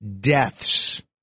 deaths